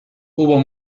hubo